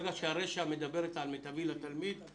ברגע שהרישא מדברת על: מיטבי לתלמיד,